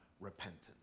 repentance